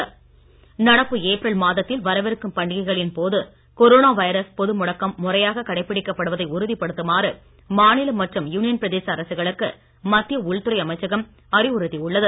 திருவிழா நடப்பு ஏப்ரல் மாதத்தில் வரவிருக்கும் பண்டிகைகளின் போது கொரோனா வைரஸ் பொது முடக்கம் முறையாக கடைபிடிக்கப்படுவதை உறுதிப்படுத்துமாறு மாநில மற்றும் யூனியன் பிரதேச அரசுகளுக்கு மத்திய உள்துறை அமைச்சகம் அறிவுறுத்தி உள்ளது